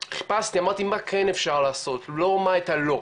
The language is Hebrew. חיפשתי מה אמרתי מה כן אפשר לעשות, לא מה את הלא,